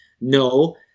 No